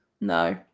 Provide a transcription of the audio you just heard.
No